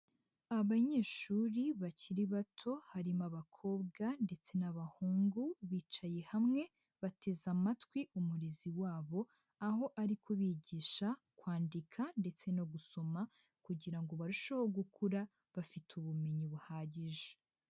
Abanyeshuri bakiri bato, harimo abakobwa ndetse n'abahungu, bicaye hamwe bateze amatwi umurezi wabo, aho ari kubigisha kwandika ndetse no gusoma kugira ngo barusheho gukura bafite ubumenyi buhagije.